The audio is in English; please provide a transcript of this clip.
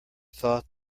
thought